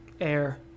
Air